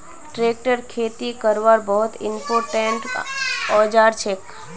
tractor खेती करवार बहुत इंपोर्टेंट औजार छिके